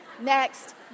Next